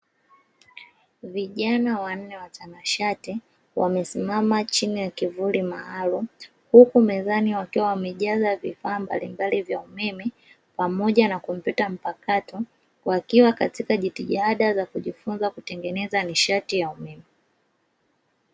Vijana wanne watanashati, wamesimama chini ya kivuli maalumu, huku mezani wakiwa wamejaza vifaa mbalimbali vya umeme pamoja na kompyuta mkapato, wakiwa katika jitihada za kujifunza kutengeneza nishati ya umeme.